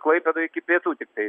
klaipėdoj iki pietų tiktai